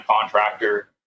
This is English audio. contractor